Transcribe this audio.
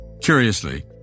Curiously